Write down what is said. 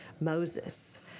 Moses